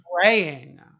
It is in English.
praying